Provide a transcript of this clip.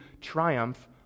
triumph